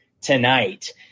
tonight